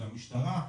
והמשטרה,